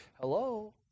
hello